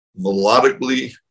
melodically